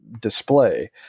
display